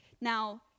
Now